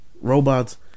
robots